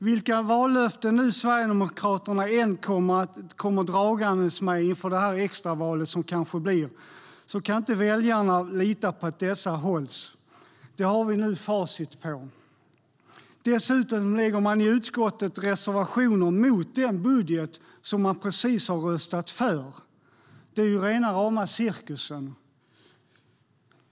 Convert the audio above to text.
Vilka vallöften Sverigedemokraterna än kommer dragande med inför ett eventuellt extraval kan inte väljarna lita på att de hålls. Det har vi nu facit på. Dessutom lägger man i utskottet reservationer mot den budget som man precis har röstat för. Det är rena rama cirkusen.